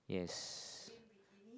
yes